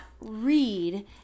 read